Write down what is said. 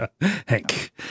Hank